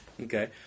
Okay